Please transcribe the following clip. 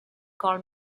called